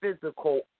physical